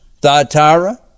Thyatira